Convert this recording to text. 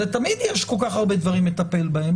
תמיד יש כל כך הרבה דברים לטפל בהם,